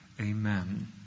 Amen